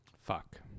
Fuck